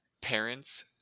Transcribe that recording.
Parents